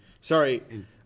Sorry